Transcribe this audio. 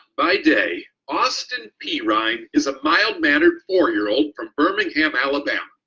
by day, austin pirine is a mild-mannered four year old from birmingham, alabama.